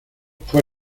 fue